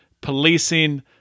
policing